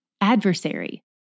adversary